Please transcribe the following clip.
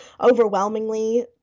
overwhelmingly